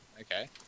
okay